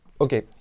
okay